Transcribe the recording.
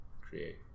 Create